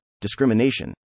discrimination